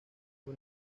por